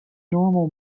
normal